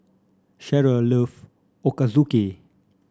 Shara loves Ochazuke